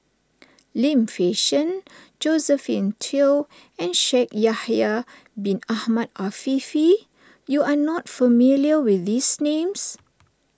Lim Fei Shen Josephine Teo and Shaikh Yahya Bin Ahmed Afifi you are not familiar with these names